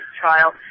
trial